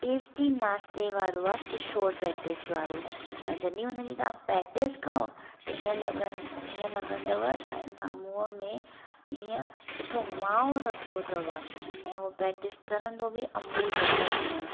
tasty नाश्ते वारो आहे किशोर पैटिस वारो ऐं जॾहिं उन जी तव्हां पेटिस खाओ त हीअं लॻनि हीअं लॻंदव त न मुंहं में हीअं सुठो माओ रखियो अथव ऐं उहो पैटिस तरंदो बि अमूल बटर में आहे